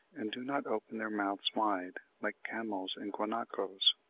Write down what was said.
and do not open their mouths wide like camels and guanacoes.